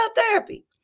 therapy